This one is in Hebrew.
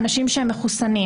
אנשים שהם מחוסנים.